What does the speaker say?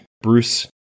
Bruce